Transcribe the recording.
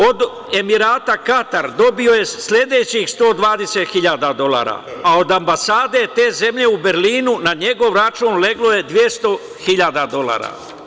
Od Emirata Katar dobio je sledećih 120.000 dolara, a od ambasade te zemlje u Berlinu na njegov račun leglo je 200.000 dolara.